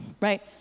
right